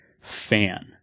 fan